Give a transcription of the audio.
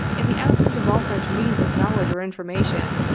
in the absence of all such means of knowledge or information,